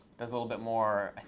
does a little bit more.